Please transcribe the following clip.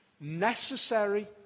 necessary